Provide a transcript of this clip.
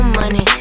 money